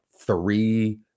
three